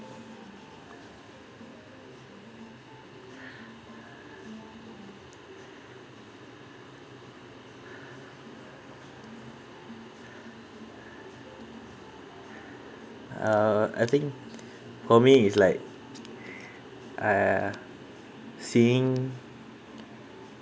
uh I think for me it's like uh seeing